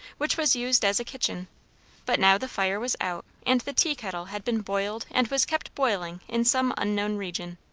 which was used as a kitchen but now the fire was out, and the tea-kettle had been boiled and was kept boiling in some unknown region.